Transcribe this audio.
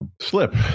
Slip